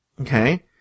Okay